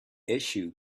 issue